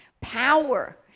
Power